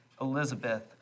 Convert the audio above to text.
Elizabeth